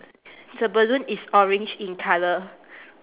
the balloon is orange in colour